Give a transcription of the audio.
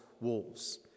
wolves